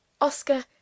Oscar